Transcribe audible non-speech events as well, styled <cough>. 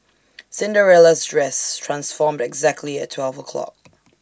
<noise> Cinderella's dress transformed exactly at twelve o'clock